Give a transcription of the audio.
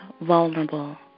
vulnerable